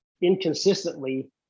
inconsistently